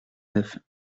neuf